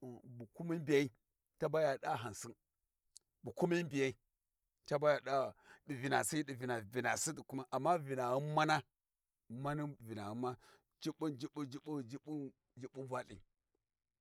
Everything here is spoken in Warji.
Bu kumi mbiyai ca ba ya ɗa hansin bu kumi mbiyai caba ɗaa ɗi vinasi ɗivinaamma vinaghum mana mani vinaghuma jubbun jubbun jubbun jubbun vatthi.